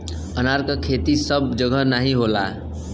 अनार क खेती सब जगह नाहीं होला